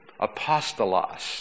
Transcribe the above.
apostolos